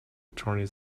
attorney